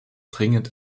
dringend